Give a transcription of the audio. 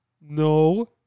no